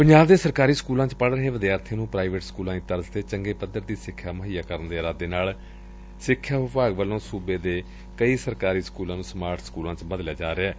ਪੰਜਾਬ ਦੇ ਸਰਕਾਰੀ ਸਕੂਲਾਂ ਵਿੱਚ ਪੜੂ ਰਹੇ ਵਿਦਿਆਰਥੀਆਂ ਨੂੰ ਪ੍ਰਾਈਵੇਟ ਸਕੂਲਾਂ ਦੀ ਤਰਜ਼ ਤੇ ਚੰਗੇ ਪੱਧਰ ਦੀ ਸਿੱਖਿਆ ਮੁਹੱਈਆ ਕਰਾਉਣ ਦੇ ਇਰਾਦੇ ਨਾਲ ਸਿੱਖਿਆ ਵਿਭਾਗ ਵੱਲੋ ਸੁਬੇ ਦੇ ਕਈ ਸਰਕਾਰੀ ਸਕੁਲਾਂ ਨੁੰ ਸਮਾਰਟ ਸਕੁਲਾਂ ਵਿੱਚ ਬਦਲਿਆ ਜਾ ਰਿਹੈ